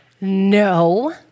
No